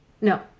no